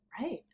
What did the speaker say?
right